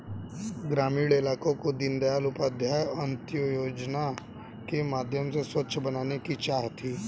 ग्रामीण इलाकों को दीनदयाल उपाध्याय अंत्योदय योजना के माध्यम से स्वच्छ बनाने की चाह थी